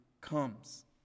comes